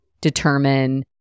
determine